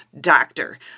doctor